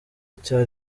icya